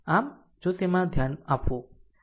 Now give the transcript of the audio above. આમ જો તેમાં ધ્યાન આપવું